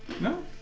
No